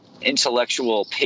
intellectual